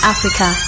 Africa